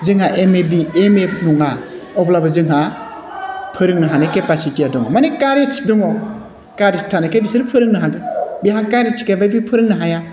जोंहा M A M Ed नङा अब्लाबो जोंहा फोरोंनो हानाय केपासिटिया दङ मानि कारेज दङ कारेज थानायखाय बिसोर फोरोंनो हादों बिहा कारेज गैयाबा बि फोरोंनो हाया